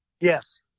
Yes